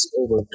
over